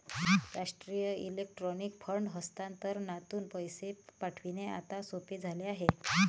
राष्ट्रीय electronic fund हस्तांतरणातून पैसे पाठविणे आता सोपे झाले आहे